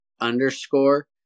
underscore